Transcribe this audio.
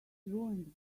ruined